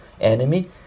enemy